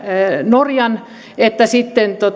norjan että sitten